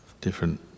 different